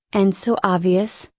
and so obvious,